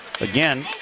Again